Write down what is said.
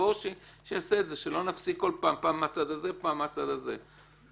שלא נפסיק כל פעם, פעם מהצד הזה, פעם מהצד הזה.